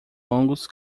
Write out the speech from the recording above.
longos